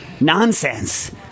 Nonsense